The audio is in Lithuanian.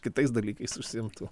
kitais dalykais užsiimtų